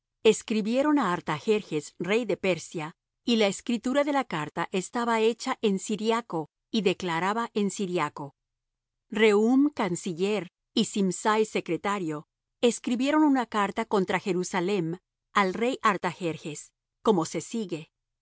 escribieron á artajerjes rey de persia y la escritura de la carta estaba hecha en siriaco y declarada en siriaco rehum canciller y simsai secretario escribieron una carta contra jerusalem al rey artajerjes como se sigue